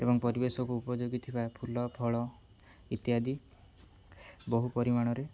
ଏବଂ ପରିବେଶକୁ ଉପଯୋଗୀ ଥିବା ଫୁଲ ଫଳ ଇତ୍ୟାଦି ବହୁ ପରିମାଣରେ